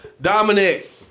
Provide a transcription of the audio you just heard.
Dominic